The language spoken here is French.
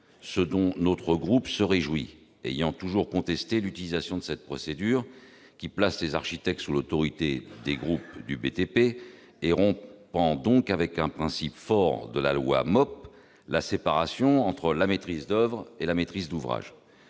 ce dont notre groupe se félicite, ayant toujours contesté l'utilisation de cette procédure qui place les architectes sous l'autorité des groupes du BTP et rompt avec un principe fort de la loi MOP : la séparation entre la maîtrise d'oeuvre et la maîtrise d'ouvrage.